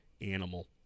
animal